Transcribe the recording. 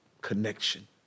connection